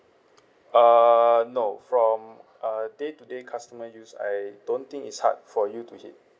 err no from uh day to day customer use I don't think it's hard for you to hit